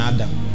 Adam